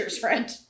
friend